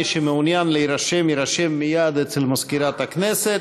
מי שמעוניין להירשם, יירשם מייד אצל מזכירת הכנסת,